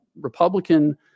Republican